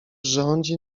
rządzi